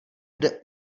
kde